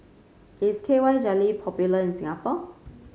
is K Y Jelly popular in Singapore